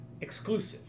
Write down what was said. exclusive